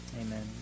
Amen